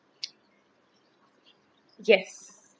yes